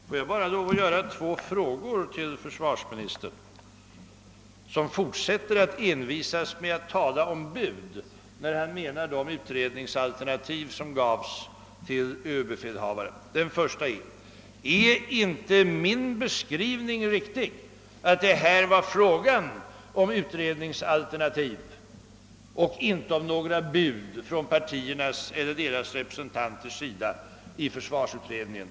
Herr talman! Får jag bara ställa två frågor till försvarsministern, som fortsätter att envisas med att tala om bud, när han menar de utredningsalternativ som gavs till överbefälhavaren. Den första frågan är: Är inte min beskrivning riktig att det här var fråga om utredningsalternativ och inte om bud från partierna eller deras representanter i försvarsutredningen?